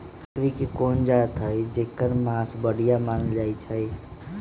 बकरी के कोन जात हई जेकर मास बढ़िया मानल जाई छई?